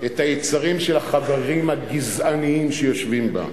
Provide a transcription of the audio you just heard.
את היצרים של החברים הגזעניים שיושבים בה.